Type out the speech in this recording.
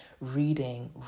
reading